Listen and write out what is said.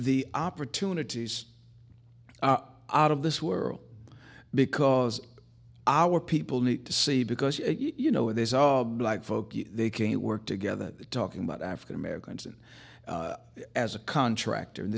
the opportunities out of this world because our people need to see because you know they saw black folks they can't work together talking about african americans and as a contractor and